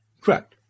Correct